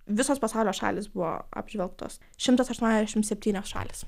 visos pasaulio šalys buvo apžvelgtos šimtas aštuoniasdešimt septynios šalys